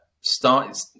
start